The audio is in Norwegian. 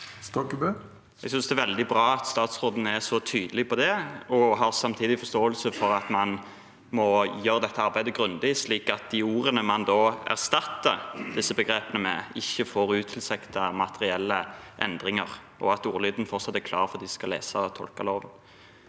Jeg synes det er veldig bra at statsråden er så tydelig på det, og har samtidig forståelse for at man må gjøre dette arbeidet grundig, slik at de ordene man da erstatter disse begrepene med, ikke får utilsiktede materielle endringer, og at ordlyden fortsatt er klar for dem som skal lese og tolke loven.